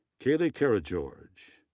kaleigh karageorge,